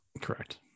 Correct